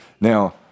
Now